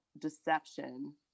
deception